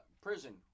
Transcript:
Prison